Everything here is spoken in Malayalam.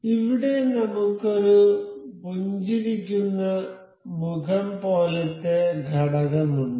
ഇവിടെ നമ്മുക്ക് ഒരു പുഞ്ചിരിക്കുന്ന മുഖം പോലത്തെ ഘടകമുണ്ട്